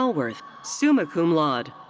hallworth, summa cum laude.